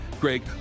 Greg